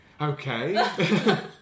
Okay